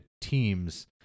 teams